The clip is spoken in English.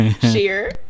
Sheer